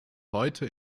heute